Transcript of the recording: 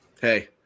Hey